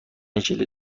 ژله